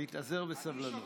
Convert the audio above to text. להתאזר בסבלנות.